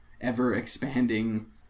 ever-expanding